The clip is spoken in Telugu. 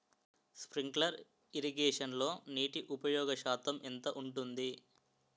స్ప్రింక్లర్ ఇరగేషన్లో నీటి ఉపయోగ శాతం ఎంత ఉంటుంది?